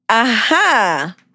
Aha